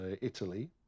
Italy